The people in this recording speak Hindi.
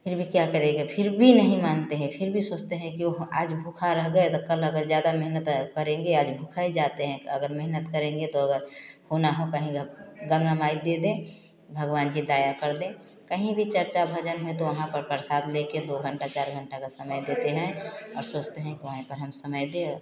फिर भी क्या करेगा फिर भी नहीं मानते हैं फिर भी सोचते हैं ओह आज भूखा रह गए तो कल अगर ज़्यादा मेहनत करेंगे आ थक जाते हैं तो अगर मेहनत करेंगे तो अगर होना हो कहीं गंगा माई दे दें भगवान जी दया कर दें कहीं भी चर्चा भजन है तो वहाँ पर प्रसाद लेके दो घंटा चार घंटा का समय देते हैं और सोचते हैं वहीं पर समय दे